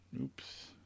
oops